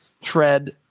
tread